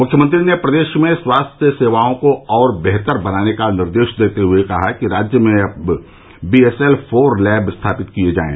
मुख्यमंत्री ने प्रदेश में स्वास्थ्य सेवाओं को और बेहतर बनाने का निर्देश देते हुए कहा कि राज्य में अब बीएसएल फोर लैब स्थापित किए जाएं